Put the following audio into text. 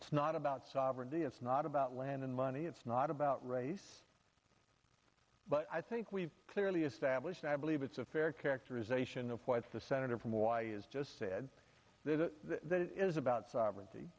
it's not about sovereignty it's not about land and money it's not about race but i think we've clearly established i believe it's a fair characterization of what the senator from why is just said that it is about sovereignty